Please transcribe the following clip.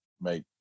make